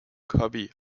copy